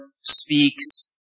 speaks